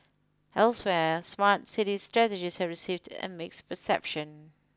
elsewhere smart city strategies have received a mixed reception